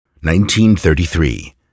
1933